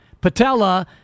Patella –